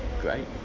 great